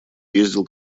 ездил